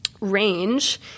range